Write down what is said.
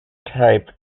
type